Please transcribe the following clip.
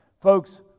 Folks